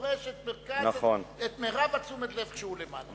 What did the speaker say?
דורש את מירב תשומת הלב כשהוא למעלה.